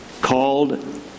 called